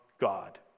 God